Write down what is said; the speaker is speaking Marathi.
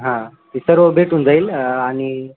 हां ते सर्व भेटून जाईल आणि